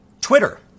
Twitter